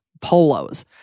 polos